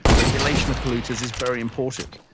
regulation of polluters is very important,